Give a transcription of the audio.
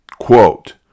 quote